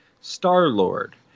Star-Lord